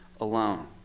alone